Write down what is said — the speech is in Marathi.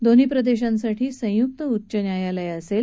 दोन्ही प्रदेशांसाठी संयुक्त उच्च न्यायालय असेल